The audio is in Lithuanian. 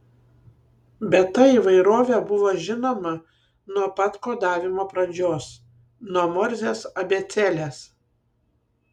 bet ta įvairovė buvo žinoma nuo pat kodavimo pradžios nuo morzės abėcėlės